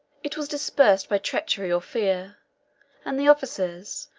it was dispersed by treachery or fear and the officers,